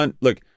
look